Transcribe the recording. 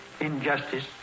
injustice